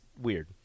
weird